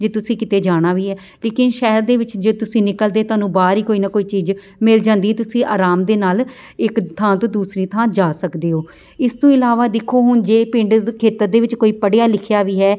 ਜੇ ਤੁਸੀਂ ਕਿਤੇ ਜਾਣਾ ਵੀ ਹੈ ਲੇਕਿਨ ਸ਼ਹਿਰ ਦੇ ਵਿੱਚ ਜੇ ਤੁਸੀਂ ਨਿਕਲਦੇ ਤੁਹਾਨੂੰ ਬਾਹਰ ਹੀ ਕੋਈ ਨਾ ਕੋਈ ਚੀਜ਼ ਮਿਲ ਜਾਂਦੀ ਤੁਸੀਂ ਆਰਾਮ ਦੇ ਨਾਲ ਇੱਕ ਥਾਂ ਤੋਂ ਦੂਸਰੀ ਥਾਂ ਜਾ ਸਕਦੇ ਹੋ ਇਸ ਤੋਂ ਇਲਾਵਾ ਦੇਖੋ ਹੁਣ ਜੇ ਪਿੰਡ ਦ ਖੇਤਰ ਦੇ ਵਿੱਚ ਕੋਈ ਪੜ੍ਹਿਆ ਲਿਖਿਆ ਵੀ ਹੈ